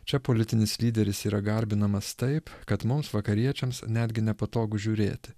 čia politinis lyderis yra garbinamas taip kad mums vakariečiams netgi nepatogu žiūrėti